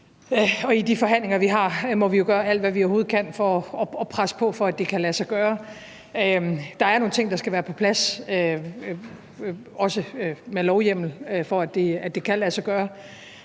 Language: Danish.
I de forhandlinger, vi har, må vi jo gøre alt, hvad vi overhovedet kan, for at presse på for, at det kan lade sig gøre. Der er nogle ting, der skal være på plads, også med lovhjemmel, for at det kan lade sig gøre,